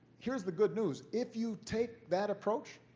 here's the good news if you take that approach,